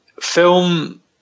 Film